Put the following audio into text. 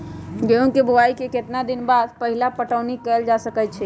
गेंहू के बोआई के केतना दिन बाद पहिला पटौनी कैल जा सकैछि?